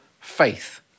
faith